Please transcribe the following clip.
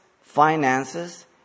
finances